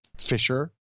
Fisher